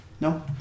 No